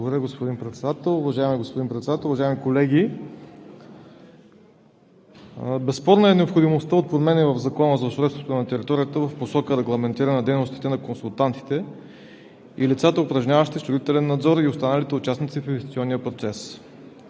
Уважаеми господин Председател, уважаеми колеги! Безспорна е необходимостта от промени в Закона за устройството на територията в посока регламентиране дейностите на консултантите и лицата, упражняващи строителен надзор, и останалите участници в инвестиционния процес.